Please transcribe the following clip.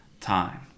time